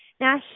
Now